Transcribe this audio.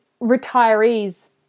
retirees